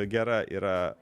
gera yra